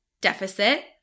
Deficit